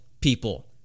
people